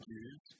Jews